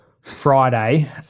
Friday